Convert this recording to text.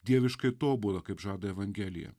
dieviškai tobula kaip žada evangelija